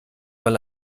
mal